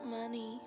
Money